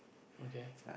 okay